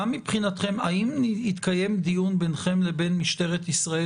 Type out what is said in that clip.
האם התקיים דיון ביניכם לבין משטרת ישראל